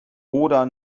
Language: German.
oder